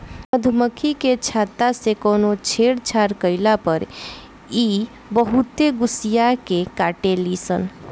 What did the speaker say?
मधुमखी के छत्ता से कवनो छेड़छाड़ कईला पर इ बहुते गुस्सिया के काटेली सन